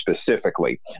specifically